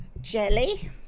Jelly